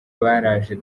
baraje